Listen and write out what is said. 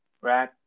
right